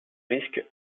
risque